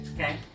Okay